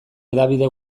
hedabide